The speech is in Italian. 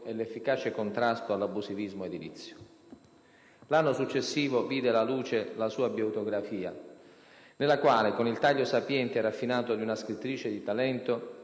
e l'efficace contrasto all'abusivismo edilizio. L'anno successivo vide la luce la sua autobiografia nella quale, con il taglio sapiente e raffinato di una scrittrice di talento,